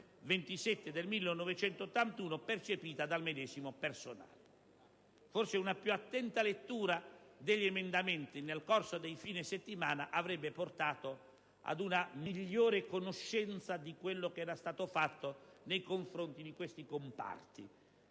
27, percepita dal medesimo personale. Forse una più attenta lettura degli emendamenti nel corso dei fine settimana avrebbe portato ad una migliore conoscenza di quanto è stato fatto nei confronti di questi comparti.